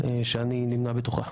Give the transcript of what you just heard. שאני נמנה בתוכה.